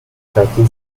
turkey